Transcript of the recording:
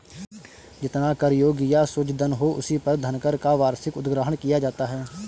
जितना कर योग्य या शुद्ध धन हो, उसी पर धनकर का वार्षिक उद्ग्रहण किया जाता है